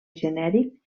genèric